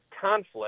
conflict